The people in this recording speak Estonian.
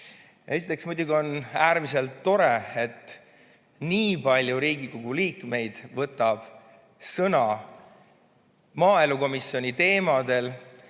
Esiteks, muidugi on äärmiselt tore, et nii palju Riigikogu liikmeid võtab sõna maaelukomisjoni teemadel,